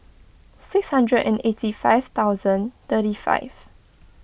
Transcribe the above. six hundred and eight five thousand thirty five